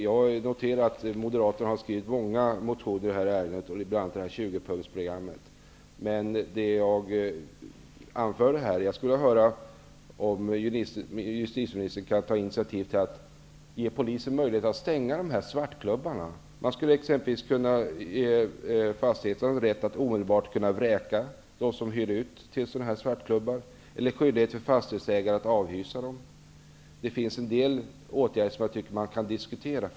Jag har noterat att moderater har väckt många motioner i ärendet, bl.a. om 20 Fastighetsägarna skulle t.ex. kunna ges rätt att omedelbart vräka svartklubbarna eller bli skyldiga att avhysa dem. Det finns en del åtgärder som kan diskuteras.